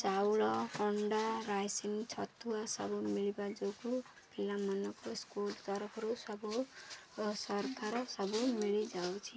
ଚାଉଳ ଖଣ୍ଡା ରାସନ୍ ଛତୁଆ ସବୁ ମିଳିବା ଯୋଗୁଁ ପିଲାମାନଙ୍କୁ ସ୍କୁଲ୍ ତରଫରୁ ସବୁ ସରକାର ସବୁ ମିଳିଯାଉଛି